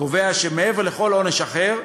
החוק קובע שמעבר לכל עונש אחר,